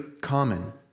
common